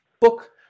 book